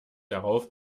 darauf